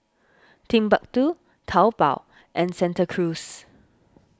Timbuk two Taobao and Santa Cruz